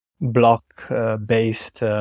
block-based